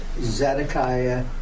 Zedekiah